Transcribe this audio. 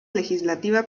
legislativa